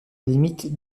limite